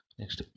next